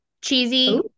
Cheesy